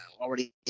already